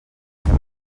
anem